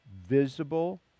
visible